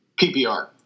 PPR